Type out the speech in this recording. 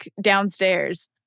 downstairs